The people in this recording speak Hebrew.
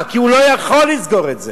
כי הוא לא יכול לסגור את זה.